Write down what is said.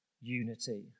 unity